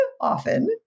often